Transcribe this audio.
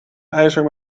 ijzer